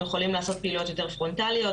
יכולים לעשות פעילויות יותר פרונטליות,